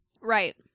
Right